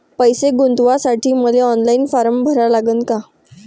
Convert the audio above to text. पैसे गुंतवासाठी मले ऑनलाईन फारम भरा लागन का?